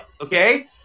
okay